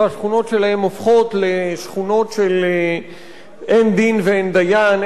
שהשכונות שלהם הופכות לשכונות של אין דין ואין דיין,